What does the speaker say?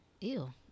Ew